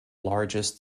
largest